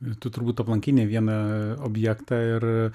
ir tu turbūt aplankei ne vieną objektą ir